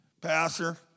Pastor